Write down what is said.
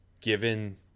given